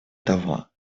того